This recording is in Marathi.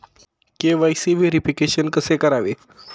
के.वाय.सी व्हेरिफिकेशन कसे करावे?